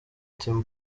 team